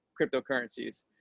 cryptocurrencies